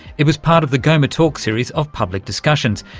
it was part of the goma talks series of public discussions,